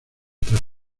tras